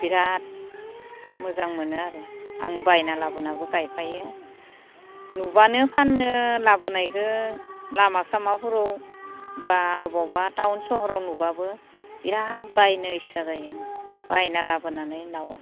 बिराद मोजां मोनो आरो आं बायना लाबोनाबो गायफायो नुब्लानो फाननो लाबोनायखो लामा सामाफोराव बा बबावबा टाउन सहराव नुब्लाबो बिराद बायनो इस्सा जायो आं बायना लाबोनानै उनाव